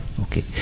Okay